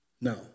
No